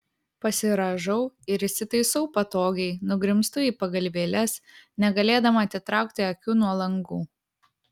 pasirąžau ir įsitaisau patogiai nugrimztu į pagalvėles negalėdama atitraukti akių nuo langų